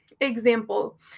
example